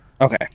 okay